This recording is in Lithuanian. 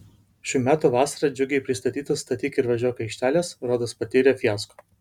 šių metų vasarą džiugiai pristatytos statyk ir važiuok aikštelės rodos patyrė fiasko